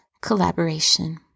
collaboration